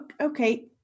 Okay